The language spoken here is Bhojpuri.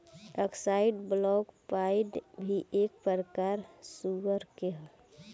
अक्साई ब्लैक पाइड भी एक प्रकार ह सुअर के